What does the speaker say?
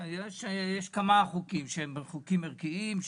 יש כמה חוקים שהם חוקים ערכיים.